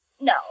No